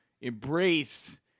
embrace